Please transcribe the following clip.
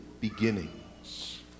beginnings